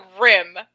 rim